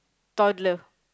toddler